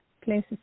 places